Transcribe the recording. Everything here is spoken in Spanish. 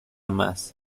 más